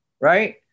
right